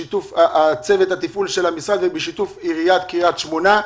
בשיתוף צוות התפעול של המפעל ובשיתוף עיריית קריית שמונה.